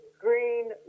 Green